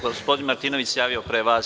Gospodin Martinović se javio pre vas.